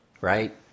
Right